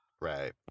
Right